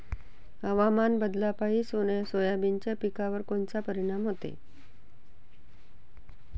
हवामान बदलापायी सोयाबीनच्या पिकावर कोनचा परिणाम होते?